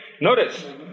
Notice